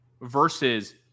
versus